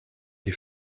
die